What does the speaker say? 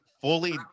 fully